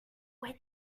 where